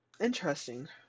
Interesting